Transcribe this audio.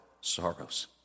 sorrows